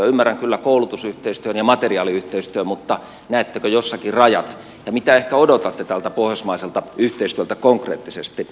ymmärrän kyllä koulutusyhteistyön ja materiaaliyhteistyön mutta näettekö jossakin rajat ja mitä ehkä odotatte tältä pohjoismaiselta yhteistyöltä konkreettisesti